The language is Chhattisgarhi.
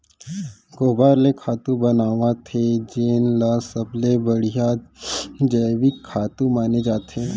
गोबर ले खातू बनावत हे जेन ल सबले बड़िहा जइविक खातू माने जाथे